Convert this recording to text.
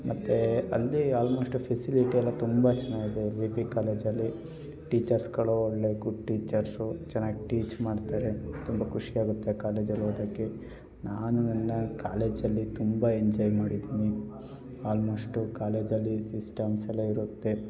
ಮತ್ತು ಅಲ್ಲಿ almost facility ಎಲ್ಲ ತುಂಬ ಚೆನ್ನಾಗಿದೆ ಎಲ್ ವಿ ಪಿ ಕಾಲೇಜಲ್ಲಿ ಟೀಚರ್ಸ್ಗಳು ಒಳ್ಳೆಯ ಗುಡ್ ಟೀಚರ್ಸು ಚೆನ್ನಾಗಿ ಟೀಚ್ ಮಾಡ್ತಾರೆ ತುಂಬ ಖುಷಿಯಾಗುತ್ತೆ ಆ ಕಾಲೇಜಲ್ಲಿ ಓದಕ್ಕೆ ನಾನು ನನ್ನ ಕಾಲೇಜಲ್ಲಿ ತುಂಬ ಎಂಜಾಯ್ ಮಾಡಿದ್ದೀನಿ ಆಲ್ಮೋಸ್ಟು ಕಾಲೇಜಲ್ಲಿ ಸಿಸ್ಟಮ್ಸೆಲ್ಲ ಇರುತ್ತೆ